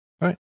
Right